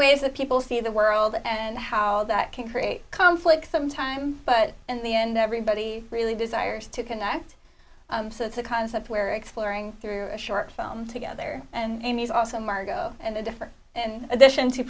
ways that people see the world and how that can create conflict some time but in the end everybody really desires to connect so it's a concept where exploring through a short film together and he's also margo and different in addition to